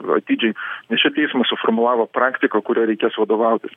atidžiai nes čia teismas suformulavo praktiką kuria reikės vadovautis